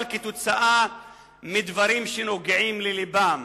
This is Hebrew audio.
אבל בגלל דברים שנוגעים ללבם.